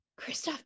Kristoff